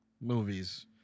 movies